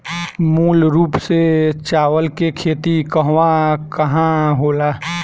मूल रूप से चावल के खेती कहवा कहा होला?